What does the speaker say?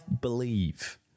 believe